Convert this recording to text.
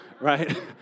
right